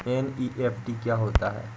NEFT क्या होता है?